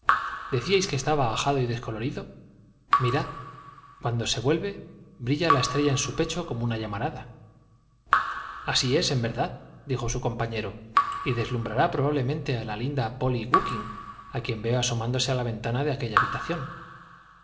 decíais que estaba ajado y descolorido mirad cuando se vuelve brilla la estrella en su pecho como una llamarada así es en verdad dijo su compañero y deslumbrará probablemente a la linda polly gookin a quien veo asomándose a la ventana de aquella habitación